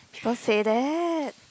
don't say that